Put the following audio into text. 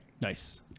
Nice